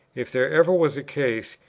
if there ever was a case,